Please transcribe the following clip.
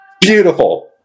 Beautiful